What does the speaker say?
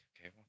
okay